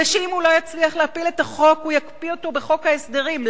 ואם הוא לא יצליח להפיל את החוק הוא יקפיא אותו בחוק ההסדרים.